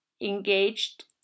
engaged